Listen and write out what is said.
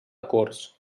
corts